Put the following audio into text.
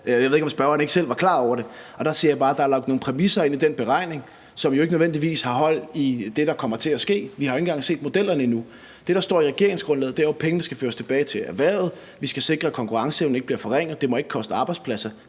Jeg ved ikke, om spørgeren ikke selv var klar over det. Der siger jeg bare, at der er lagt nogle præmisser ind i den beregning, som jo ikke nødvendigvis har hold i det, der kommer til at ske. Vi har jo ikke engang set modellerne endnu. Det, der står i regeringsgrundlaget, er jo, at pengene skal føres tilbage til erhvervet. Vi skal sikre, at konkurrenceevnen ikke bliver forringet, og det må ikke koste arbejdspladser.